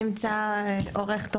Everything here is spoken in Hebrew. נעים מאוד,